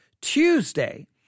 Tuesday